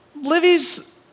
Livy's